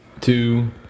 two